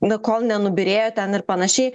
nu kol nenubyrėjo ten ir panašiai